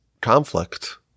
conflict